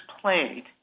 played